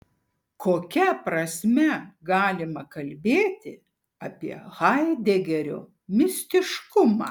kokia prasme galima kalbėti apie haidegerio mistiškumą